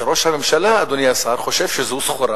שראש הממשלה, אדוני השר, חושב שזו סחורה